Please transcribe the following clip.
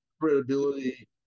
credibility